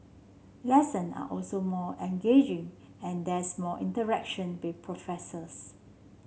lesson are also more engaging and there's more interaction with professors